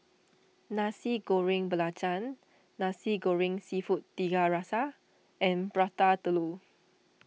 Nasi Goreng Belacan Nasi Goreng Seafood Tiga Rasa and Prata Telur